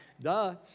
Duh